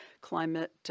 climate